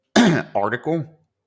article